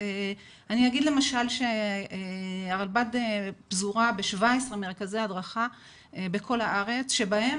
אני אגיד למשל שהרלב"ד פזורה ב-17 מרכזי הדרכה בכל הארץ שבהם